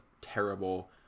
terrible